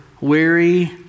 weary